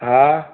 हा